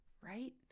right